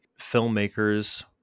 filmmakers